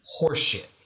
horseshit